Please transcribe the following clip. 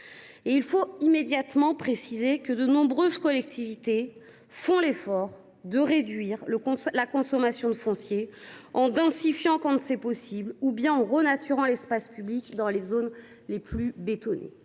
immédiatement que de nombreuses collectivités font l’effort de réduire leur consommation de foncier, en densifiant quand c’est possible ou en renaturant l’espace public dans les zones les plus bétonnées.